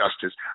Justice